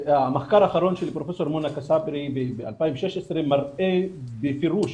המחקר האחרון של פרופסור מונא כספרי ב-2016 מראה בפירוש